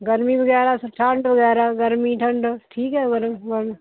ਗਰਮੀ ਵਗੈਰਾ ਠੰਡ ਵਗੈਰਾ ਗਰਮੀ ਠੰਡ ਠੀਕ ਹੈ ਗਰਮ